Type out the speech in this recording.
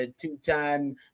Two-time